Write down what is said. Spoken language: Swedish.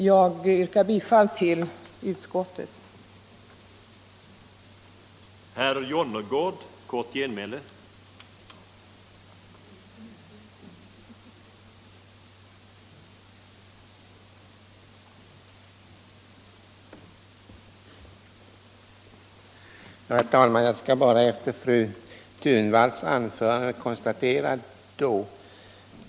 Jag yrkar bifall till utskottets hemställan.